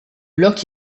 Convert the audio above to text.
loch